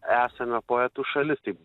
esame poetų šalis taip